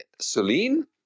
Celine